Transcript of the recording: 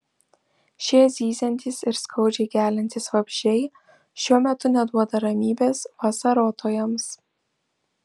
šie zyziantys ir skaudžiai geliantys vabzdžiai šiuo metu neduoda ramybės vasarotojams